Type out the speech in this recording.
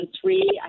three